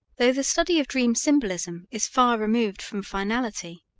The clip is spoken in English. though the study of dream symbolism is far removed from finality,